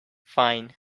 fine